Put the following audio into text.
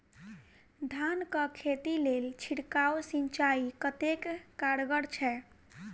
धान कऽ खेती लेल छिड़काव सिंचाई कतेक कारगर छै?